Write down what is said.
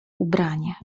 ubranie